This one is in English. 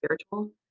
spiritual